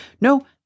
no